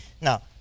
Now